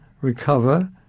recover